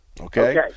Okay